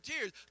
tears